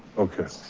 okay.